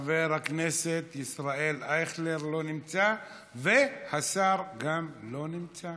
חבר הכנסת ישראל אייכלר, לא נמצא, גם השר לא נמצא.